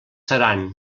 seran